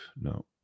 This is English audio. no